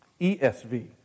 ESV